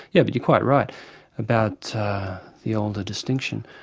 yeah but you're quite right about the older distinction.